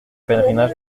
pèlerinages